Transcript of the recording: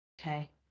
Okay